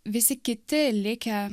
visi kiti likę